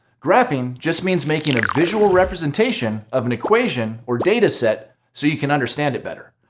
graphing just means making a visual representation of an equation or data set so you can understand it better.